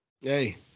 Hey